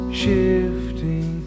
shifting